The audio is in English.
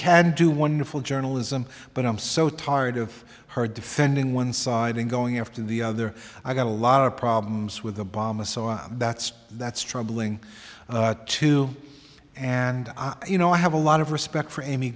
can do wonderful journalism but i'm so tired of her defending one side and going after the other i've got a lot of problems with obama so that's that's troubling too and you know i have a lot of respect for amy